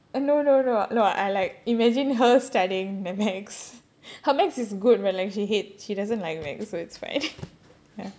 ah no no no no I like imagine her studying ma~ mathematics her mathematics is good but like she hates she doesn't like mathematics so it's fine ya